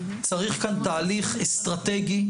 צריך כאן תהליך אסטרטגי.